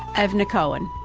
avner cohen,